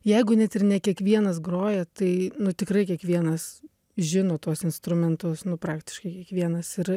jeigu net ir ne kiekvienas groja tai nu tikrai kiekvienas žino tuos instrumentus nu praktiškai kiekvienas ir